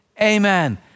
Amen